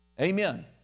Amen